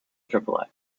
triple